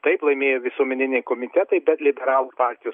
taip laimėjo visuomeniniai komitetai bet liberalų partijos